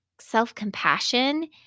self-compassion